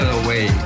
away